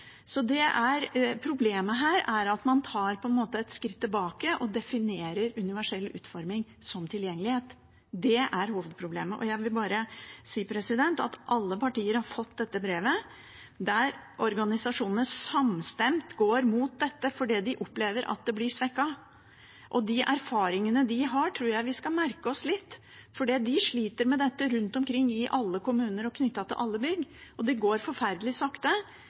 Problemet er at man på en måte tar et skritt tilbake og definerer universell utforming som tilgjengelighet. Det er hovedproblemet. Jeg vil bare si at alle partier har fått dette brevet der organisasjonene samstemt går imot dette fordi de opplever at det blir svekket. De erfaringene de har, tror jeg vi skal merke oss, for de sliter med dette rundt omkring i alle kommuner, knyttet til alle bygg. Det går forferdelig sakte,